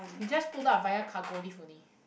you just put lah via cargo lift only